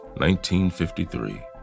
1953